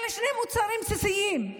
אלה שני מוצרים בסיסיים,